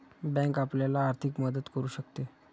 bank आपल्याला आर्थिक मदत करू शकते